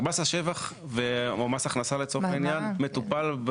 מס השבח או מס הכנסה, לצורך העניין, מטופל.